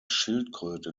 schildkröte